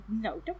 no